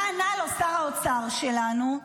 מה ענה לו שר האוצר שלנו?